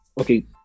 Okay